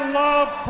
love